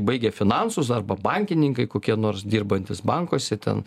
baigia finansus arba bankininkai kokie nors dirbantys bankuose ten